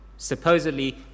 Supposedly